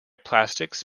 plastics